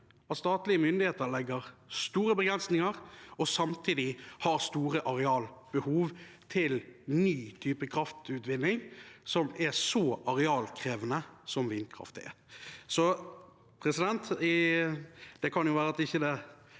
statlige myndigheter legger store begrensninger og samtidig har store arealbehov til en ny type kraftutvinning som er så arealkrevende som vindkraft er.